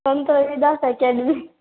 Sant Ravidas academy